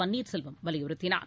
பன்னீர்செல்வம் வலியுறுத்தினார்